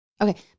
Okay